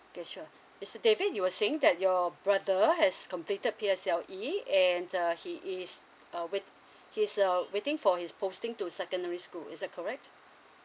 okay sure mister david you were saying that your brother has completed P_S_L_E and he is uh wait~ he is uh waiting for his posting to secondary school is that correct